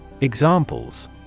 Examples